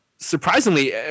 Surprisingly